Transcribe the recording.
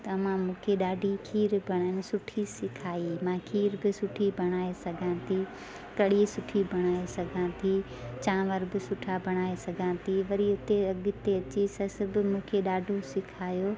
त अम्मां मूंखे खीर बणाइण ॾाढी सुठी सेखारी मां खीर बि सुठी बणाए सघां थी कढ़ी सुठी बणाए सघां थी चांवर बि सुठा बणाए सघां थी वरी उते अॻिते अची मूंखे ससु बि मूंखे ॾाढो सेखारियो